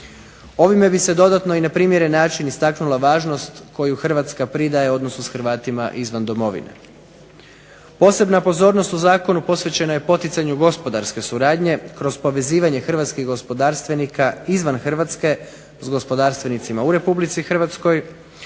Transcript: Ovime bi se dodatno i na primjeren način istaknula važnost koju Hrvatska pridaje odnosu s Hrvatima izvan domovine. Posebna pozornost u zakonu posvećena je poticanju gospodarske suradnje kroz povezivanje hrvatskih gospodarstvenika izvan Hrvatske s gospodarstvenicima u Republici Hrvatskoj,